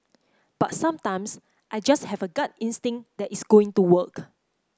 but sometimes I just have a gut instinct that it's going to work